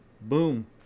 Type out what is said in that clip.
boom